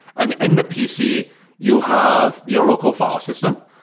and in the pc you'll have your local file system.